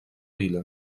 vila